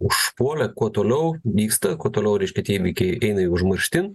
užpuolė kuo toliau vyksta kuo toliau reiškia tie įvykiai eina į užmarštin